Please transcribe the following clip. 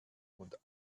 und